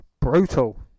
Brutal